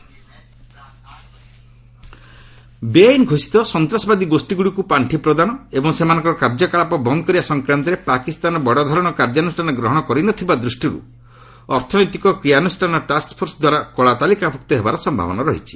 Pak FATF ବେଆଇନ୍ ଘୋଷିତ ସନ୍ତାସବାଦୀ ଗୋଷୀଗୁଡ଼ିକୁ ପାଣ୍ଠି ପ୍ରଦାନ ଏବଂ ସେମାନଙ୍କର କାର୍ଯ୍ୟକଳାପ ବନ୍ଦ କରିବା ସଂକ୍ରାନ୍ତରେ ପାକିସ୍ତାନ ବଡ଼ଧରଣର କାର୍ଯ୍ୟାନୁଷ୍ଠାନ ଗ୍ରହଣ କରିନଥିବା ଦୃଷ୍ଟିରୁ ଅର୍ଥନୈତିକ କ୍ରିୟାନୁଷ୍ଠାନ ଟାସ୍କଫୋର୍ସ ଦ୍ୱାରା କଳାତାଲିକାଭୁକ୍ତ ହେବାର ସମ୍ଭାବନା ରହିଛି